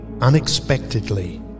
unexpectedly